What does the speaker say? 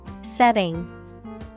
setting